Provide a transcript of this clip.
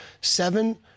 seven